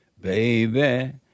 baby